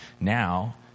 Now